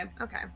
okay